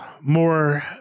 more